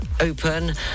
open